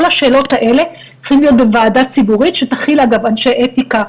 כל השאלות האלה צריכות להיות בוועדה ציבורית שתכיל אנשי אתיקה,